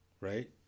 Right